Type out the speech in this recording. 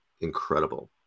incredible